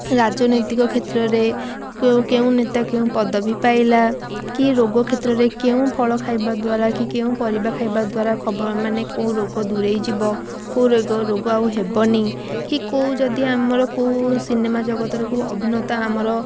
ରାଜନୈତିକ କ୍ଷେତ୍ରରେ କେଉଁ କେଉଁ ନେତା କେଉଁ ପଦବୀ ପାଇଲା କିଏ ରୋଗ କ୍ଷେତ୍ରରେ କେଉଁ ଫଳ ଖାଇବା ଦ୍ୱାରା କି କେଉଁ ପରିବା ଖାଇବା ଦ୍ୱାରା ଖବର ମାନେ କେଉଁ ରୋଗ ଦୁରେଇଯିବ କେଉଁ ରୋଗ ଆଉ ହେବନି କି କେଉଁ ଯଦି ଆମର କେଉଁ ସିନେମା ଜଗତର କେଉଁ ଅଭିନେତା ଆମର